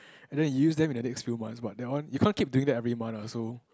and then you use that in them in next few months but that one you can't keep doing that every month lah so